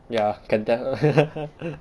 ya can tell